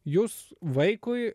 jūs vaikui